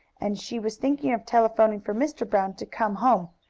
and she was thinking of telephoning for mr. brown to come home,